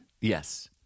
Yes